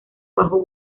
bajo